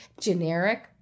generic